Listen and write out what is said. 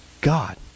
God